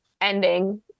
ending